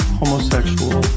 homosexual